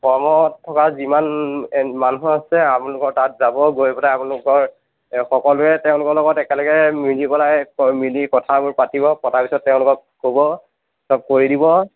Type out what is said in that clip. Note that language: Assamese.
ফমত থকা যিমান মানুহ আছে আপোনলোকৰ তাত যাব গৈ পেলাই আপোনলোকৰ সকলোৱে তেওঁলোকৰ লগত একেলগে মিলি পেলাই মিলি কথাবোৰ পাতিব পতা পিছত তেওঁলোকক ক'ব চব কৰি দিব